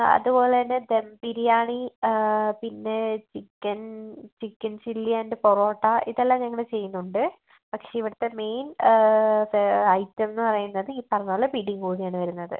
അതുപോലെന്നെ ദം ബിരിയാണി പിന്നെ chicken chicken chilli and parotta ഇതെല്ലാം ഞങ്ങൾ ചെയ്യുന്നുണ്ട് പക്ഷേ ഇവിടുത്തെ മെയിൻ ഐറ്റംന്ന് പറയുന്നത് ഈ പറഞ്ഞ പോലെ പിടിയും കോഴിയും ആണ് വരുന്നത്